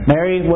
Mary